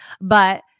But-